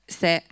se